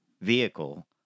vehicle